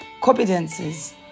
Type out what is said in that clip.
competencies